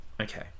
Okay